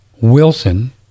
Wilson